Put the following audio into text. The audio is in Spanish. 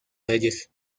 reyes